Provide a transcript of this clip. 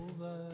over